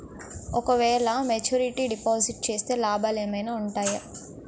ఓ క వేల maturity deposit చేస్తే లాభాలు ఏమైనా ఉంటాయా?